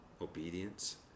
obedience